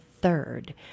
third